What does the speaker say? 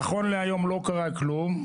נכון להיום לא קרה כלום,